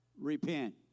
repent